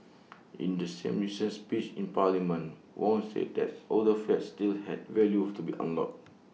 in the same recent speech in parliament Wong said that older flats still had value to be unlocked